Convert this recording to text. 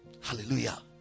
hallelujah